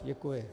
Děkuji.